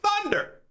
Thunder